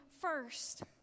first